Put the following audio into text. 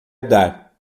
dar